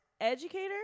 educator